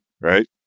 right